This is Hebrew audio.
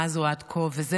ממש בקו מקביל,